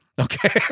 Okay